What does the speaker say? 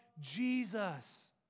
Jesus